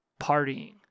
Partying